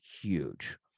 huge